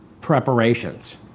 preparations